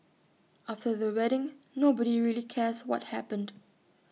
after the wedding nobody really cares what happened